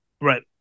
Right